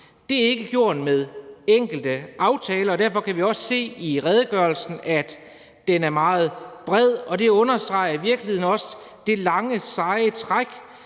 Det er ikke gjort med enkelte aftaler, og derfor kan vi også se i redegørelsen, at den er meget bred. Det understreger i virkeligheden også det lange, seje træk,